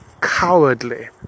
cowardly